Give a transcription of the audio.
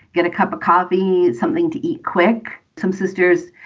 get a cup of coffee. something to eat quick. some sisters,